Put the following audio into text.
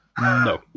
No